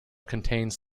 contains